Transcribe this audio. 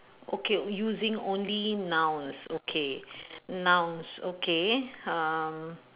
okay using only nouns okay nouns okay uh